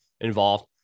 involved